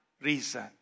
reason